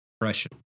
depression